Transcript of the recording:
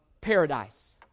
paradise